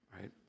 right